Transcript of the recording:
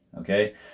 okay